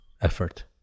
effort